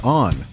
on